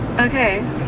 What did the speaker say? okay